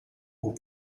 aux